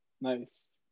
Nice